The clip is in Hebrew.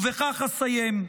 ובכך אסיים,